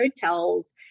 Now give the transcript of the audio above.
hotels